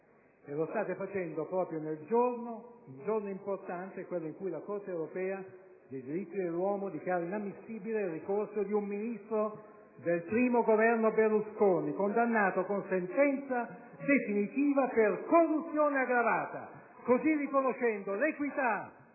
e lo state facendo proprio nel giorno importante in cui la Corte europea dei diritti dell'uomo dichiara inammissibile il ricorso di un Ministro del I Governo Berlusconi, condannato con sentenza definitiva per corruzione aggravata, riconoscendo così l'equità